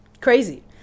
crazy